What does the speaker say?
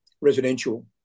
residential